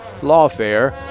lawfare